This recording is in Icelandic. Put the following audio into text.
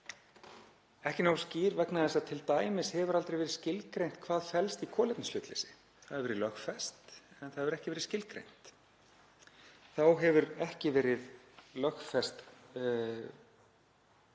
ekki nógu skýr vegna þess að t.d. hefur aldrei verið skilgreint hvað felst í kolefnishlutleysi. Það hefur verið lögfest en það hefur ekki verið skilgreint. Þá hefur ekki verið lögfest